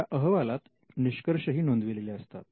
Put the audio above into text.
या अहवालात निष्कर्षही नोंदविलेले असतात